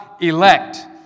elect